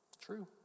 true